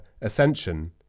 Ascension